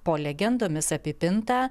po legendomis apipintą